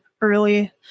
early